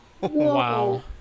Wow